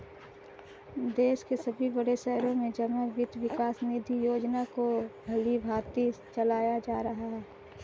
देश के सभी बड़े शहरों में जमा वित्त विकास निधि योजना को भलीभांति चलाया जा रहा है